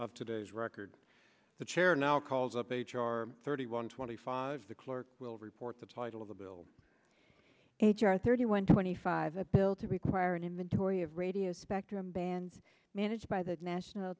of today's record the chair now calls up h r thirty one twenty five the clerk will report the title of the bill h r thirty one twenty five a bill to require an inventory of radio spectrum bands managed by the national